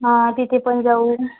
हं तिथे पण जाऊ